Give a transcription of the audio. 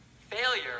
Failure